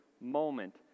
moment